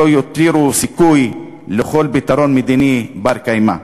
שלא יותירו סיכוי לכל פתרון מדיני בר-קיימא.